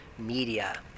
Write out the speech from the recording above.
media